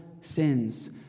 sins